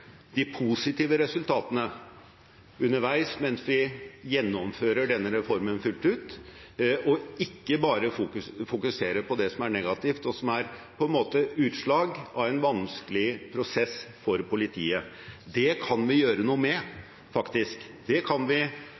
de positive resultatene underveis mens vi gjennomfører denne reformen fullt ut, og ikke bare å fokusere på det som er negativt, og som på en måte er utslag av en vanskelig prosess for politiet. Det kan vi gjøre noe med, faktisk. Det kan vi